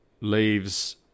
leaves